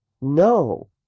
No